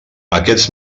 aquests